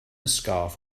scarf